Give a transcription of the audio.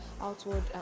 outward